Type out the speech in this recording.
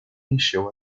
encheu